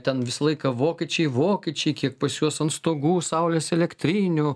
ten visą laiką vokiečiai vokiečiai kiek pas juos ant stogų saulės elektrinių